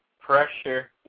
Pressure